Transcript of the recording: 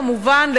כמובן,